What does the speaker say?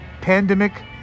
Pandemic